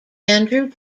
andrew